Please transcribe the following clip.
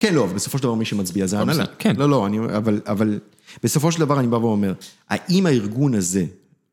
כן, לא, אבל בסופו של דבר מי שמצביע, זה ההנהלה. כן. לא, לא, אבל בסופו של דבר אני בא ואומר, האם הארגון הזה...